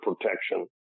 protection